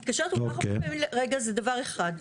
זה דבר אחד.